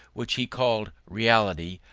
which he called reality,